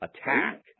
Attack